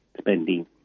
spending